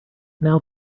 now